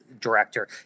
director